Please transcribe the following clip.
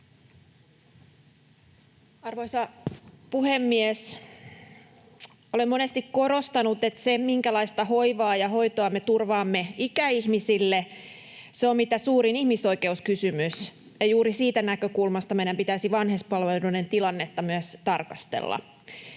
Arvoisa puhemies! Olen monesti korostanut, että se, minkälaista hoivaa ja hoitoa me turvaamme ikäihmisille, on mitä suurin ihmisoikeuskysymys, ja juuri siitä näkökulmasta meidän pitäisi myös tarkastella